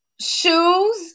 shoes